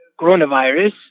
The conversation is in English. coronavirus